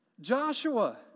Joshua